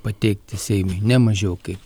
pateikti seimui ne mažiau kaip